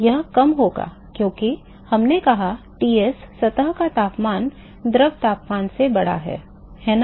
यह कम होगा क्योंकि हमने कहा Ts सतह का तापमान द्रव तापमान से बड़ा है है ना